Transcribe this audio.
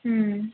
ம்